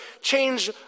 change